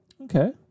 Okay